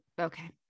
okay